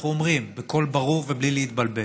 אנחנו אומרים בקול ברור ובלי להתבלבל: